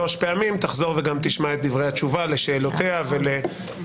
תחזור וגם תשמע את דברי התשובה לשאלותיה ולהתייחסויותיה.